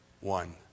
one